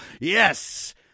Yes